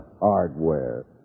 Hardware